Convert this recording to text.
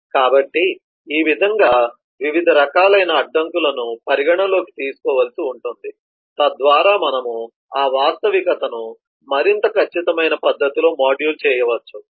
కాబట్టి ఈ విధంగా వివిధ రకాలైన అడ్డంకులను పరిగణనలోకి తీసుకోవలసి ఉంటుంది తద్వారా మనము ఆ వాస్తవికతను మరింత ఖచ్చితమైన పద్ధతిలో మోడల్ చేయవచ్చు